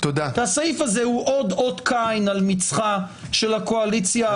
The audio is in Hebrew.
כי הסעיף הזה הוא עוד אותו קין על מצחה של הקואליציה העתידית.